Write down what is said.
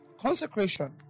consecration